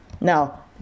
now